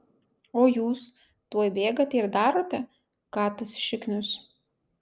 o jūs tuoj bėgate ir darote ką tas šiknius